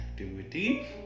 activity